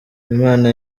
imana